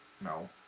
no